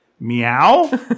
Meow